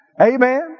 Amen